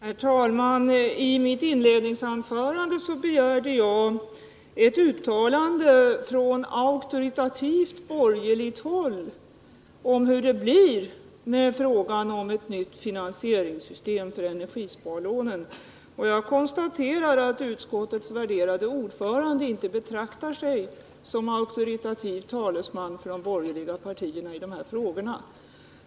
Herr talman! I mitt inledningsanförande begärde jag ett uttalande från auktoritativt borgerligt håll om hur det blir med ett nytt finansieringsystem för energisparlånen. Jag konstaterar att utskottets värderade ordförande inte betraktar sig som auktoritativ talesman för de borgerliga partierna i denna fråga.